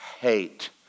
hate